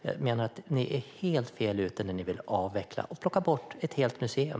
Jag menar att ni är helt fel ute när ni vill avveckla och plocka bort ett helt museum.